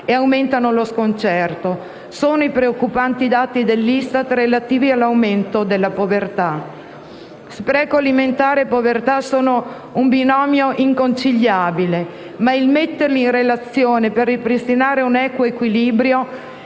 e aumentano lo sconcerto. Sono i preoccupanti dati dell'ISTAT relativi all'aumento della povertà. Spreco alimentare e povertà sono un binomio inconciliabile, ma il metterli in relazione per ripristinare un equo riequilibrio